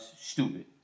stupid